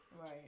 Right